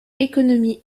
économie